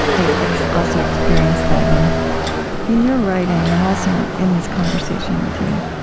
i also experience that in in your writing and also in this conversation with you.